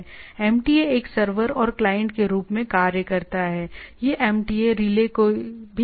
MTA एक server और client के रूप में कार्य करता है यह MTA रिले को भी अनुमति देता है